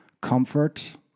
comfort